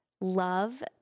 love